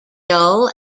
dull